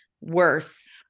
worse